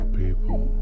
people